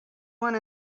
want